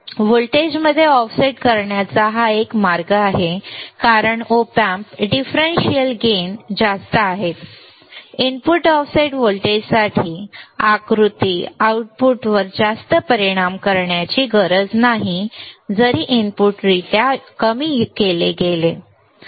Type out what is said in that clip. व्होल्टेजमध्ये ऑफसेट करण्याचा हा एक मार्ग आहे कारण Op Amp डिफरेंशियल गेन जास्त आहेत इनपुट ऑफसेट व्होल्टेजसाठी आकृती आउटपुटवर जास्त परिणाम करण्याची गरज नाही जरी इनपुट योग्यरित्या कमी केले गेले